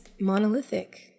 monolithic